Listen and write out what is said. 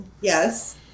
Yes